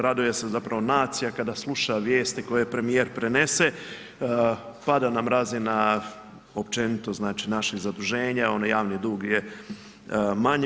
Raduje se zapravo nacija kada sluša vijesti koje premijer prenese, pada nam razina, općenito znači, naših zaduženja, javni dug je manji.